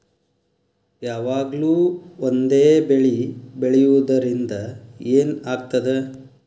ಯಾವಾಗ್ಲೂ ಒಂದೇ ಬೆಳಿ ಬೆಳೆಯುವುದರಿಂದ ಏನ್ ಆಗ್ತದ?